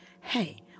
hey